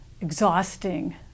exhausting